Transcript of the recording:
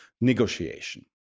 negotiation